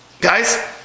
guys